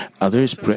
others